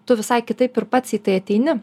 tu visai kitaip ir pats į tai ateini